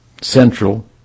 central